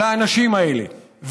לאנשים האלה?